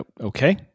Okay